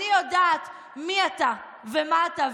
אני יודעת מי אתה ומה אתה,